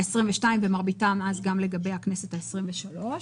ה-22, ומרביתן אז גם לגבי הכנסת ה-23,